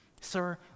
Sir